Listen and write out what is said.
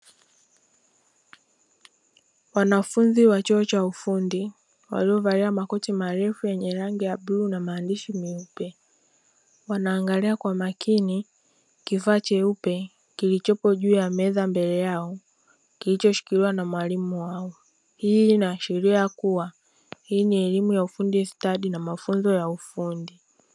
Wanafunzi wa chuo cha ufundi waliovalia makoti marefu yenye rangi ya bluu na maandishi meupe, wanaangalia kwa makini kifaa cheupe lilichopo juu ya meza mbele yao kilichoshikiliwa na mwalimu wao, hii inaashiria kuwa hii ni elimu ya ufundi stadi na mafunzo ya ufundi.